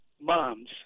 moms